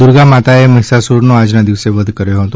દુર્ગામાતાએ મહિષાસુરનો આજના દિવસે વધ કર્યો હતો